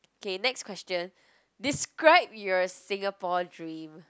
okay next question describe your Singapore dream